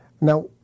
Now